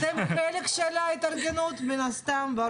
אתם חלק מההתארגנות מן הסתם.